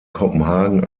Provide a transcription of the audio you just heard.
kopenhagen